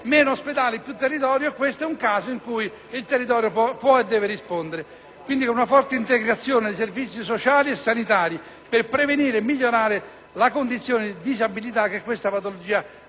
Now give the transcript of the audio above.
"meno ospedali più territorio": questo è un caso in cui il territorio può e deve rispondere. Quindi, occorre una forte integrazione dei servizi sociali e sanitari per prevenire e migliorare le condizioni di disabilità che tale patologia